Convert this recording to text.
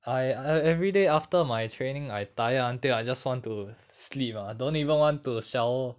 I I everyday after my training I tired until I just want to sleep ah don't even want to shower